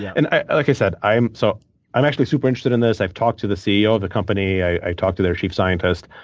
yeah and like i said, i'm so i'm actually super interested in this. i've talked to the ceo of the company. i talked to their chief scientist.